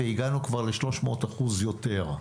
וכבר הגענו ל-300% יותר.